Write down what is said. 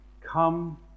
come